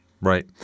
right